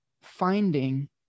finding